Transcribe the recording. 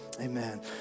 Amen